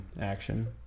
action